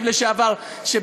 לשעבר רחל אדטו שהעבירה,